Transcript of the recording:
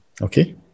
Okay